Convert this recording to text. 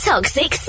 Toxic